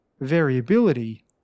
variability